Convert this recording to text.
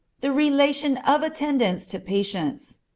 the relation of attendants to patients.